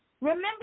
Remember